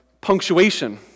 punctuation